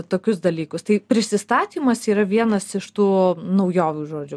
tokius dalykus tai prisistatymas yra vienas iš tų naujovių žodžiu